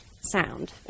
sound